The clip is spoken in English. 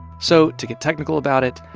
so to get technical about it,